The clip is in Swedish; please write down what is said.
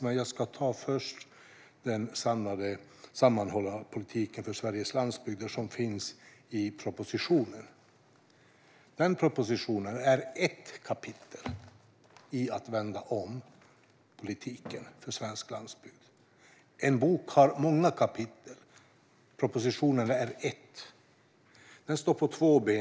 Först ska jag ta upp den sammanhållna politik för Sveriges landsbygder som finns i propositionen. Denna proposition är ett kapitel i att vända om politiken för svensk landsbygd. En bok har många kapitel, och propositionen är ett. Propositionen står på två ben.